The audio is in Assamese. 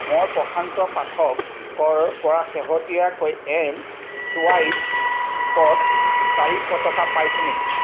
মই প্ৰশান্ত পাঠকৰ পৰা শেহতীয়াকৈ এম ছুৱাইপত চাৰিশ টকা পাইছোঁ নেকি